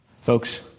Folks